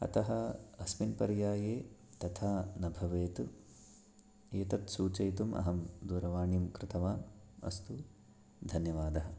अतः अस्मिन् पर्याये तथा न भवेत् एतत्सूचयितुम् अहं दूरवाणीं कृतवान् अस्तु धन्यवादः